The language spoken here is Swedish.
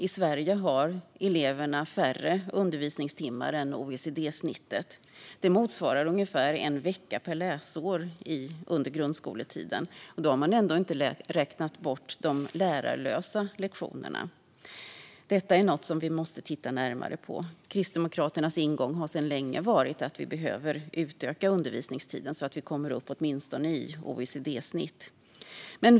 I Sverige har eleverna färre undervisningstimmar än OECD-snittet; det motsvarar ungefär en vecka per läsår under grundskoletiden, och då har man ändå inte räknat bort de lärarlösa lektionerna. Detta är något vi måste titta närmare på. Kristdemokraternas ingång har sedan länge varit att vi behöver utöka undervisningstiden så att vi åtminstone kommer upp i OECD-snittet.